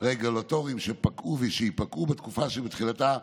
רגולטוריים שפקעו ושיפקעו בתקופה שתחילתה